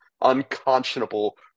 unconscionable